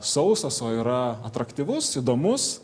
sausas o yra atraktyvūs įdomus